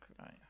right